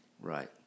Right